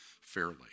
fairly